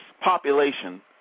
population